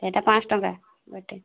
ସେଇଟା ପାଞ୍ଚ ଶହ ଟଙ୍କା ଗୋଟିଏ